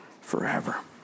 forever